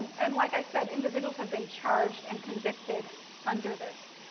and, like i said, individuals have been charged and convicted under this.